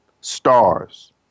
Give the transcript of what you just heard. stars